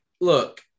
look